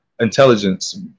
intelligence